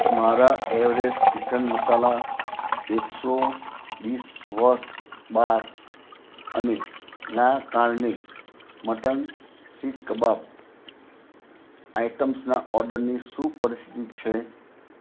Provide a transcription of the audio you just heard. મારા Everest chicken masala એકસો dish wash bar અને લા કાર્ને મટન સીક કબાબ આઇટમ્સના ઓર્ડરની શું પરિસ્થિતિ છે